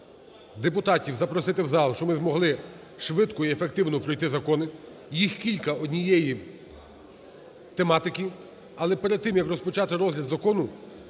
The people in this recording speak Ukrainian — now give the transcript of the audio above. депутатів запросити в зал, щоб ми змогли швидко і ефективно пройти закони, їх кілька однієї тематики. Але перед тим як розпочати розгляд закону,